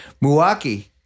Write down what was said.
Milwaukee